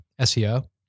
SEO